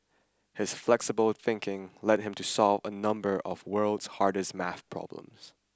his flexible thinking led him to solve a number of world's hardest maths problems